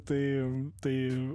tai tai